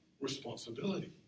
responsibility